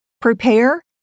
prepare